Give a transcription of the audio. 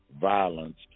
violence